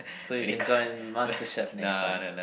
so can join Master Chef next time